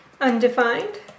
undefined